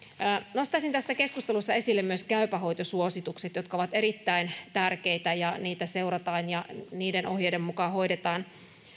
nostaisin tässä keskustelussa esille myös käypä hoito suositukset jotka ovat erittäin tärkeitä ja joita seurataan ja joiden ohjeiden mukaan hoidetaan